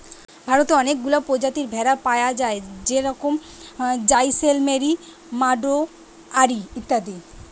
ভারতে অনেকগুলা প্রজাতির ভেড়া পায়া যায় যেরম জাইসেলমেরি, মাড়োয়ারি ইত্যাদি